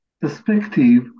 perspective